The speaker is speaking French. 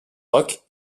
rock